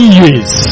years